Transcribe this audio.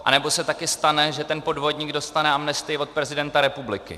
Anebo se také stane, že ten podvodník dostane amnestii od prezidenta republiky.